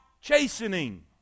chastening